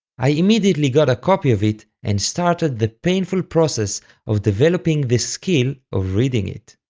i immediately got a copy of it and started the painful process of developing the skill of reading it.